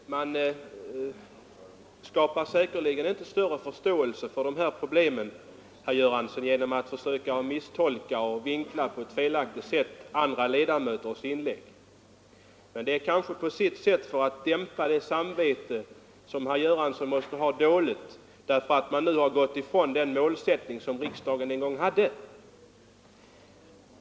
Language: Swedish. Herr talman! Man skapar säkerligen inte större förståelse för de här problemen, herr Göransson, genom att försöka misstolka och på ett felaktigt sätt vinkla andra ledamöters inlägg. Men herr Göransson kanske gjorde så för att dämpa sitt samvete, som måste vara dåligt eftersom socialdemokraterna nu har gått ifrån den målsättning som riksdagen en gång hade.